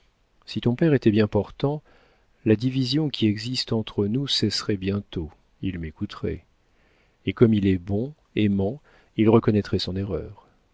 si ton père était bien portant la division qui existe entre nous cesserait bientôt il m'écouterait et comme il est bon aimant il reconnaîtrait son erreur